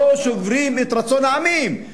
לא שוברים את רצון העמים,